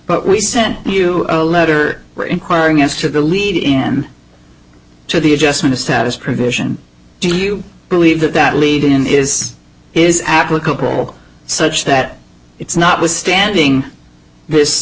but we sent you a letter inquiring as to the lead in to the adjustment of status provision do you believe that that lead in is is applicable such that it's not withstanding this